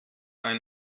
ein